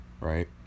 right